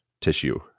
tissue